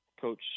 coach